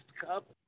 Cup